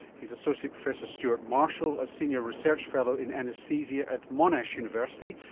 he is associate professor stuart marshall, a senior research fellow in anaesthesia at monash university,